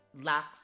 lacks